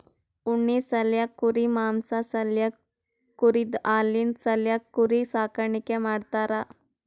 ಉಣ್ಣಿ ಸಾಲ್ಯಾಕ್ ಕುರಿ ಮಾಂಸಾ ಸಾಲ್ಯಾಕ್ ಕುರಿದ್ ಹಾಲಿನ್ ಸಾಲ್ಯಾಕ್ ಕುರಿ ಸಾಕಾಣಿಕೆ ಮಾಡ್ತಾರಾ